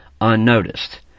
unnoticed